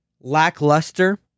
lackluster